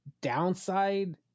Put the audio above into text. downside